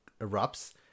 erupts